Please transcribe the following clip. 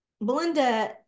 Belinda